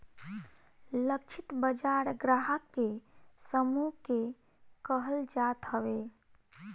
लक्षित बाजार ग्राहक के समूह के कहल जात हवे